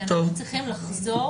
אנחנו צריכים לחזור